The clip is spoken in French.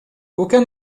aucun